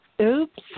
oops